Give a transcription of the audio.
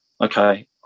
okay